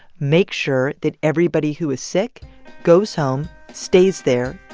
make sure that everybody who is sick goes home, stays there,